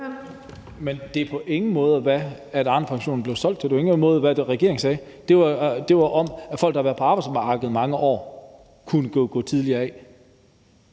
Men det er på ingen måde, hvad Arnepensionen blev solgt som. Det var på ingen måde, hvad regeringen sagde. Det handlede om, at folk, der havde været på arbejdsmarkedet i mange år, kunne gå tidligere af.